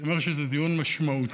אני אומר שזה דיון משמעותי,